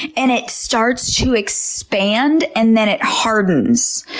and it starts to expand and then it hardens.